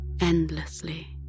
endlessly